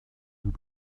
vous